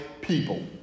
people